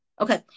Okay